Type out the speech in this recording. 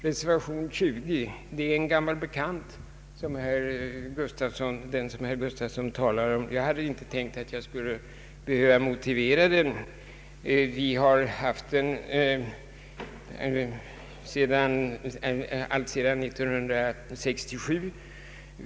Reservation 20 är en gammal bekant — herr Gustafsson har redan berört den. Vi har alltsedan år 1967 haft en reservation med motsvarande innehåll, och jag hade därför inte tänkt att jag skulle behöva motivera den.